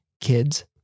kids